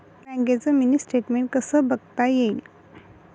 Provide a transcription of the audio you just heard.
बँकेचं mini statement कसं बघता येईल?